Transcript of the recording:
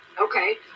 okay